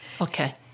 Okay